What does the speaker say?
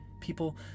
People